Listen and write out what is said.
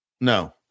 No